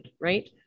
right